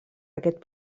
aquest